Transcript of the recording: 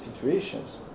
situations